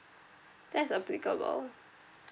that's applicable